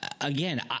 Again